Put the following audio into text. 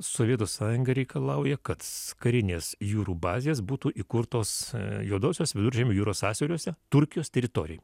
sovietų sąjunga reikalauja kad karinės jūrų bazės būtų įkurtos juodosios viduržemio jūros sąsiauriuose turkijos teritorijoj